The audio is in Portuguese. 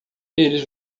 eles